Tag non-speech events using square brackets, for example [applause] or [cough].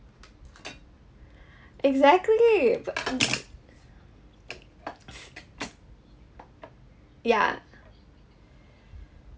[breath] exactly b~ oh [breath] yeah